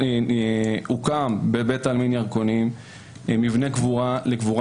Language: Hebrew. הוקם בבית העלמין ירקונים מבנה קבורה לקבורה